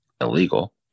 illegal